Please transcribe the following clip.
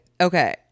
Okay